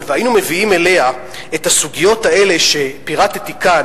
והיינו מביאים אליה את הסוגיות האלה שפירטתי כאן,